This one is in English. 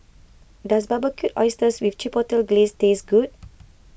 does Barbecued Oysters with Chipotle Glaze taste good